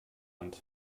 hand